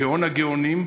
גאון-הגאונים,